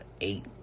eight